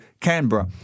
Canberra